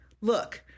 look